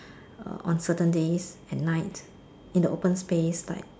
uh on certain days and night in the open space like